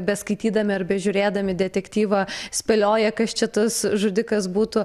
beskaitydami ar bežiūrėdami detektyvą spėlioja kas čia tas žudikas būtų